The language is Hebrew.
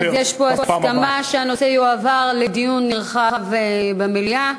יש פה הסכמה שהנושא יועבר לדיון נרחב במליאה.